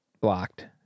blocked